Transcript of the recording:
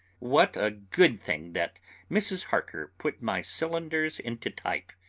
what a good thing that mrs. harker put my cylinders into type!